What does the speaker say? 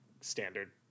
standard